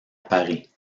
paris